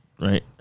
right